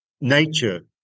nature